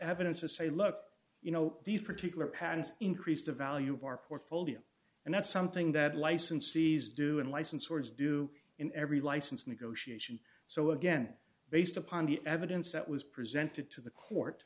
evidence to say look you know these particular patents increase the value of our portfolio and that's something that licensees do and license words do in every license negotiation so again based upon the evidence that was presented to the court